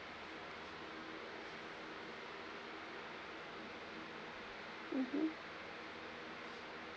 mmhmm